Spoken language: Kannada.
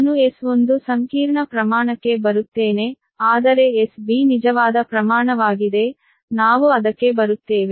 ನಾನು S ಒಂದು ಸಂಕೀರ್ಣ ಪ್ರಮಾಣಕ್ಕೆ ಬರುತ್ತೇನೆ ಆದರೆ SB ನಿಜವಾದ ಪ್ರಮಾಣವಾಗಿದೆ ನಾವು ಅದಕ್ಕೆ ಬರುತ್ತೇವೆ